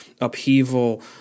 upheaval